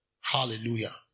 Hallelujah